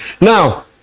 Now